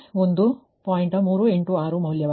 386 ಮೌಲ್ಯ